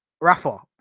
Rafa